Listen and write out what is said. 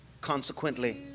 Consequently